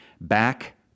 Back